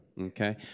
Okay